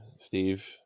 Steve